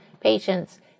patients